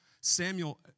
Samuel